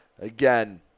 again